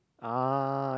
uh